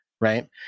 right